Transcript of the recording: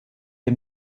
der